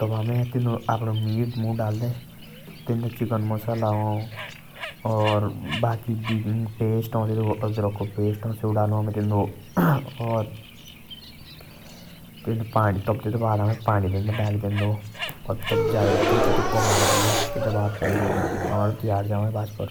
तब आमे चिकेन डालदे।